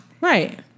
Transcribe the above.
Right